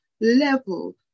level